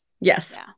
yes